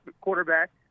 quarterback